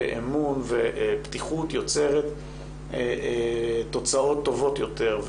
אמון ופתיחות יוצרים תוצאות טובות יותר.